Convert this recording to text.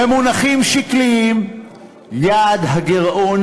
במונחים שקליים יעד הגירעון